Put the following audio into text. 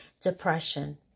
depression